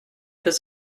does